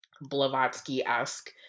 Blavatsky-esque